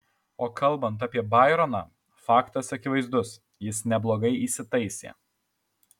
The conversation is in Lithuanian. o kalbant apie baironą faktas akivaizdus jis neblogai įsitaisė